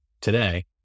today